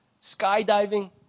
skydiving